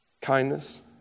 Kindness